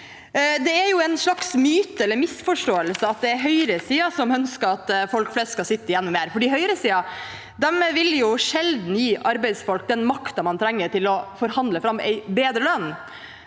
Det er en slags myte eller misforståelse at det er høyresiden som ønsker at folk flest skal sitte igjen med mer, for høyresiden vil jo sjelden gi arbeidsfolk den makten man trenger til å forhandle fram en bedre lønn.